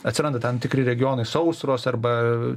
atsiranda tam tikri regionai sausros arba